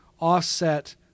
offset